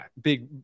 big